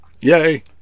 yay